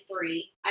three